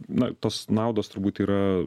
na tos naudos turbūt yra